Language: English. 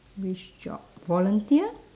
which job volunteer